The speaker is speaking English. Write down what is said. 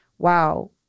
Wow